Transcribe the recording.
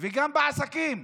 וגם בעסקים,